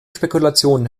spekulationen